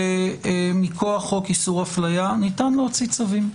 שמכוח חוק איסור אפליה ניתן להוציא צווים.